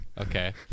Okay